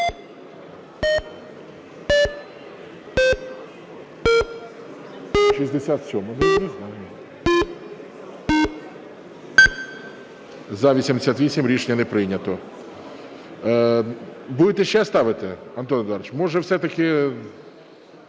За-88 Рішення не прийнято. Будете ще ставите, Антон Едуардович? Може, все-таки